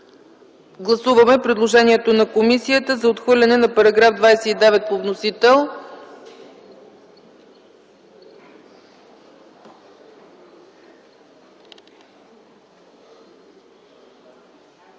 гласуваме предложението на комисията за отхвърляне на § 32 по вносител,